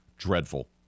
dreadful